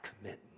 commit